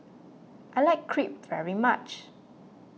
I like Crepe very much